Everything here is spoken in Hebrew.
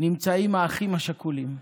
נמצאים האחים השכולים,